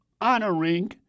honoring